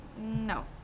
no